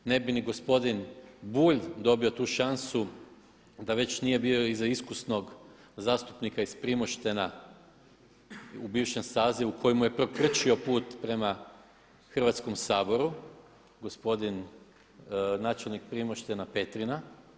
Ne bi ni gospodin Bulj dobio tu šansu da već nije bio iza iskusnog zastupnika iz Primoštena u bivšem sazivu koji mu je prokrčio put prema Hrvatskom saboru gospodin načelnik Primoštena Petrina.